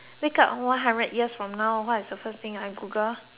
years from now what is the first thing I Google